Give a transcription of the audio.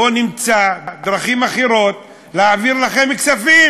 בוא נמצא דרכים אחרות להעביר לכם כספים.